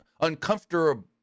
uncomfortable